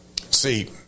See